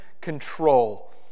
Control